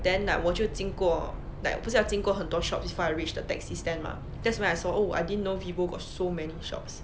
then like 我就经过 like 我不是要经过很多 shops before I reach the taxi stand mah that's when I saw oh I didn't know vivo got so many shops